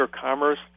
Commerce